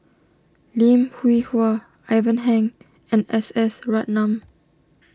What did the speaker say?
Lim Hwee Hua Ivan Heng and S S Ratnam